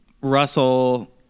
Russell